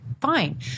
fine